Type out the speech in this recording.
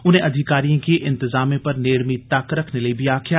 उनें अधिकारिएं गी इंतजामें पर नेड़मी तक्क रखने लेई बी आक्खेआ